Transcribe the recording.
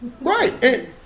Right